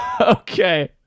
Okay